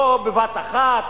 לא בבת אחת,